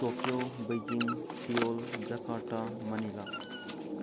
Tokyo Beijing Seoul Jakarta Manila